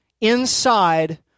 inside